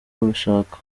babishaka